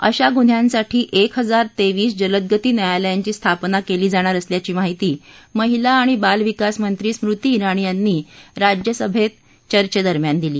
अशा गुन्खांसाठी एक हजार तेवीस जलदगती न्यायालयांची स्थापना केली जाणार असल्याची माहिती महिला आणि बालविकास मंत्री स्मृती जिणी यांनी राज्यसभेत चवे दरम्यान दिली